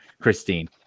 Christine